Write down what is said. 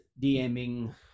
DMing